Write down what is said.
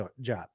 job